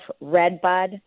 redbud